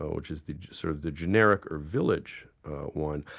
which is the sort of the generic or village wine.